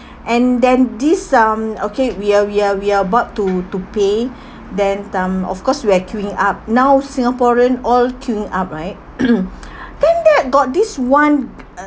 and then this um okay we're we're we're about to to pay then um of course we are queueing up now singaporean all queueing up right then that got this one uh